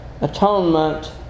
atonement